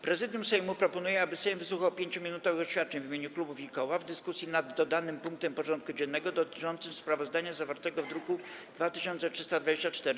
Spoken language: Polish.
Prezydium Sejmu proponuje, aby Sejm wysłuchał 5-minutowych oświadczeń w imieniu klubów i koła w dyskusji nad dodanym punktem porządku dziennego dotyczącym sprawozdania zawartego w druku nr 2324.